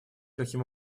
каким